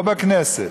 פה בכנסת,